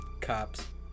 Cops